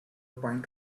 point